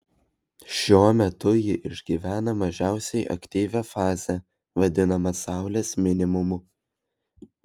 šiuo metu ji išgyvena mažiausiai aktyvią fazę vadinamą saulės minimumu